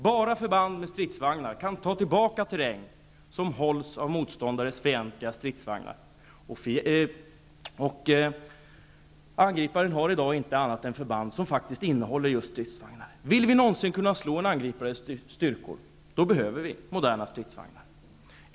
Bara förband med stridsvagnar kan ta tillbaka terräng som hålls av en motståndares fientliga stridsvagnar. Angripare har inte i dag annat än förband som faktikt innehåller just stridsvagnar. Vill vi någonsin kunna slå en angripares styrkor, behöver vi moderna stridsvagnar.